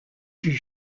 cul